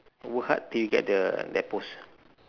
what do you get the that post